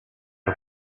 but